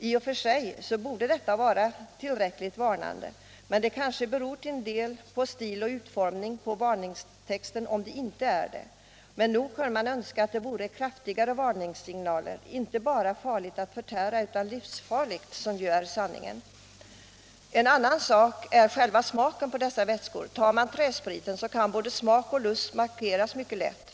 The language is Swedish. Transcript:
I och för sig borde detta vara tillräckligt. Att det inte är det kanske till en del beror på stil och utformning av varningstexten. Men nog kunde man önska att det vore kraftigare varningssignaler. Inte bara Farligt att förtära utan Livsfarligt, som ju är sanningen. En annan sak är själva smaken på dessa vätskor. När det gäller träspriten kan både smak och lukt maskeras mycket lätt.